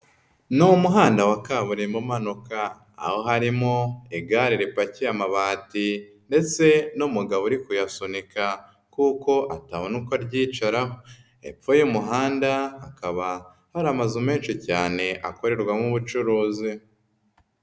Ni umuhanda wa kaburimbo umanuka, aho harimo igare ripakiye amabati ndetse n'umugabo uri kuyasunika kuko atabona uko aryicaraho, hepfo y'umuhanda, hakaba hari amazu menshi cyane, akorerwamo ubucuruzi.